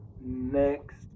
Next